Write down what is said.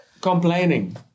Complaining